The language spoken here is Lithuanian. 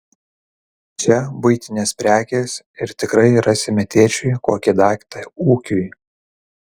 čia buitinės prekės ir tikrai rasime tėčiui kokį daiktą ūkiui